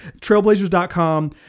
trailblazers.com